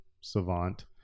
savant